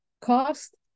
cost